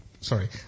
sorry